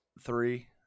three